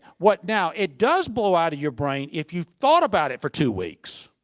what now, it does blow out of your brain if you've thought about it for two weeks.